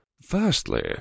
Firstly